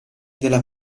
della